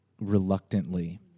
reluctantly